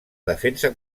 defensa